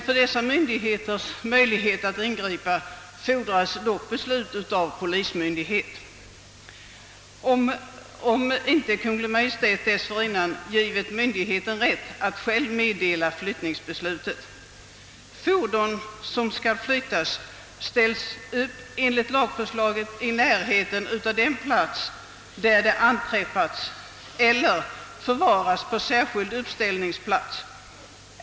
För dessa myndigheters möjlighet att ingripa fordras dock beslut av polismyndighet, om flyttas ställs enligt lagförslaget upp i närheten av den plats där det anträffats eller förvaras på särskild uppställningsplats.